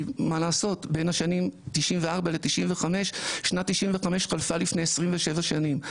כי מה לעשות בין השנים 1994 ל- 1995שנת 1995 חלפה לפני 27 שנים,